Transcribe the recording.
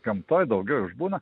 gamtoj daugiau išbūna